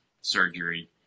surgery